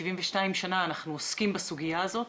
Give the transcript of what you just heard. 72 שנה אנחנו עוסקים בסוגיה הזאת,